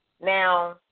now